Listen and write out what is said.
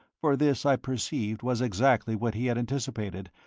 for this i perceived was exactly what he had anticipated,